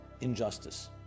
injustice